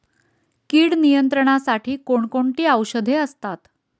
कीड नियंत्रणासाठी कोण कोणती औषधे असतात?